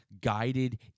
guided